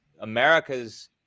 America's